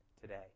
today